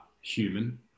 human